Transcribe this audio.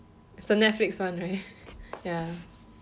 is a Netflix one right ya